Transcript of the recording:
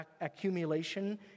accumulation